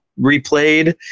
replayed